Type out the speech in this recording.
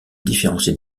différencier